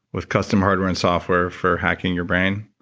with custom hardware and software for hacking your brain?